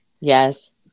yes